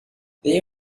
they